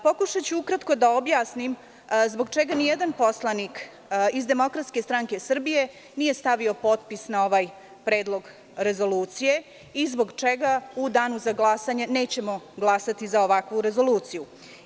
Pokušaću ukratko da objasnim zbog čega nijedan poslanik iz DSS nije stavio potpis na ovaj predlog rezolucije i zbog čega u danu za glasanje nećemo glasati za ovakvu rezoluciju.